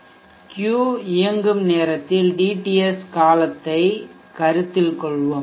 Q இயங்கும் நேரத்தில் dTS காலத்தைக் கருத்தில் கொள்வோம்